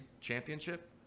championship